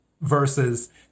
versus